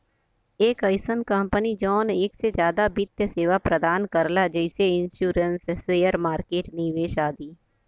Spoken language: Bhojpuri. एक अइसन कंपनी जौन एक से जादा वित्त सेवा प्रदान करला जैसे इन्शुरन्स शेयर मार्केट निवेश आदि